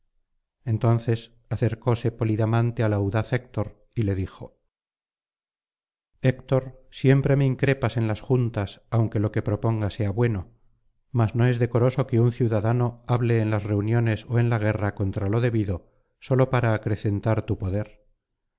entonces acercóse polidamante al audaz héctor y le dijo héctor siempre me increpas en las juntas aunque lo que proponga sea bueno mas no es decoroso que un ciudadano hable en las reuniones ó en la guerra contra lo debido sólo para acrecentar tu poder